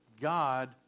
God